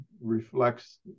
reflects